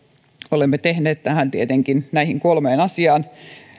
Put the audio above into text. olemme tehneet tietenkin näihin kolmeen asiaan